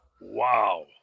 Wow